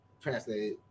translated